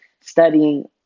studying